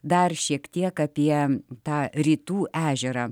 dar šiek tiek apie tą rytų ežerą